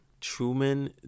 Truman